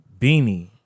Beanie